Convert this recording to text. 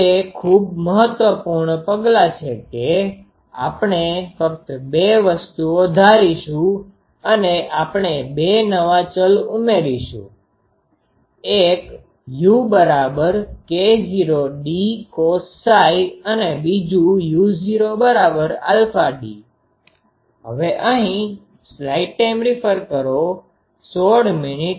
તે ખૂબ મહત્વપૂર્ણ પગલાં છે કે આપણે ફક્ત 2 વસ્તુઓ ધારીશું અને આપણે 2 નવા ચલ ઉમેરીશું એક u k0 dcosΨ અને બીજું u૦αd